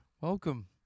Welcome